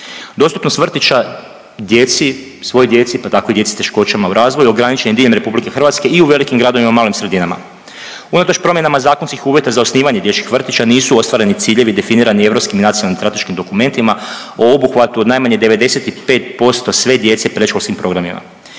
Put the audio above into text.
Dostupnost vrtića djeci, svoj djeci pa tako i djeci s teškoćama u razvoju ograničena je diljem RH i u velikim gradovima i malim sredinama. Unatoč promjenama zakonskih uvjeta za osnivanje dječjih vrtića nisu ostvareni ciljevi definirani europskim i nacionalnim strateškim dokumentima o obuhvatu od najmanje 95% sve djece predškolskim programima.